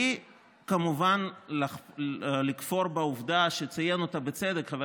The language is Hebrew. כמובן בלי לכפור בעובדה שציין אותה בצדק חבר